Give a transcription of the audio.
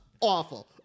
awful